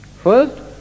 First